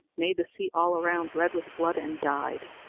made the sea all around red with blood, and died.